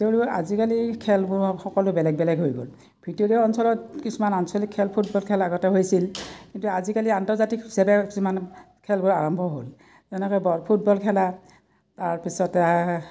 তেওঁলোক আজিকালি খেলবোৰত সকলো বেলেগ বেলেগ হৈ গ'ল ভিতৰুৱা অঞ্চলত কিছুমান আঞ্চলিক খেল ফুটবল খেল আগতে হৈছিল কিন্তু আজিকালি আন্তৰ্জাতিক হিচাপে কিছুমান খেলবোৰ আৰম্ভ হ'ল এনেকৈ বল ফুটবল খেলা তাৰপিছতে